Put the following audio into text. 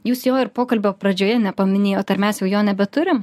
jūs jo ir pokalbio pradžioje nepaminėjot ar mes jau jo nebeturim